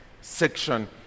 section